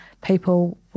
people